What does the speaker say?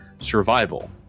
Survival